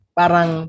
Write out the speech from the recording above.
parang